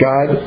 God